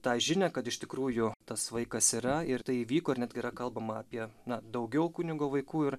tą žinią kad iš tikrųjų tas vaikas yra ir tai įvyko ir netgi yra kalbama apie na daugiau kunigo vaikų ir